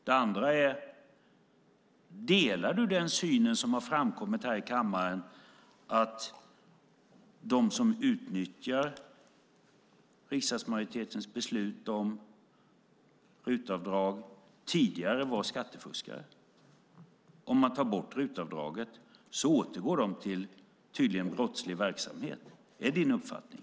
Den andra frågan är: Delar du den syn som har framkommit här i kammaren att de som utnyttjar riksdagsmajoritetens beslut om RUT-avdrag tidigare var skattefuskare? Om man tar bort RUT-avdraget återgår de tydligen till brottslig verksamhet. Är det din uppfattning?